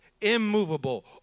immovable